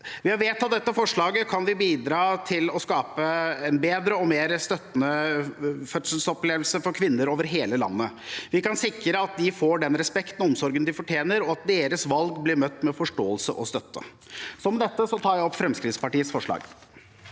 Ved å vedta dette forslaget kan vi bidra til å skape en bedre og mer støttende fødselsopplevelse for kvinner over hele landet. Vi kan sikre at de får den respekten og omsorgen de fortjener, og at deres valg blir møtt med forståelse og støtte. Med dette tar jeg opp Fremskrittspartiets forslag.